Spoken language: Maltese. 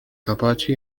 kapaċi